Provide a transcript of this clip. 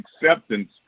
acceptance